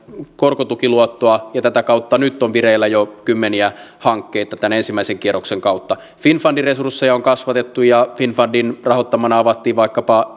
korkotukiluottoa ja tätä kautta nyt on vireillä jo kymmeniä hankkeita tämän ensimmäisen kierroksen kautta finnfundin resursseja on kasvatettu ja finnfundin rahoittamana avattiin vaikkapa